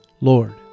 Lord